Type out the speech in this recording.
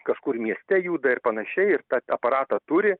kažkur mieste juda ir panašiai ir tą aparatą turi